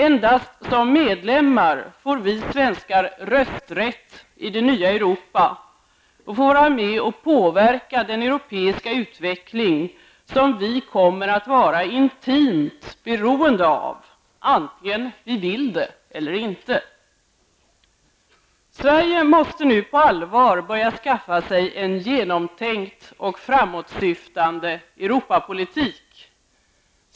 Endast som medlemmar får vi svenskar rösträtt i det nya Europa och får vara med och påverka den europeiska utveckling som vi kommer att vara intimt beroende av, antingen vi vill det eller inte. Sverige måste nu på allvar börja skaffa sig en genomtänkt och framåtsyftande Europapolitik.